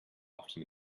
often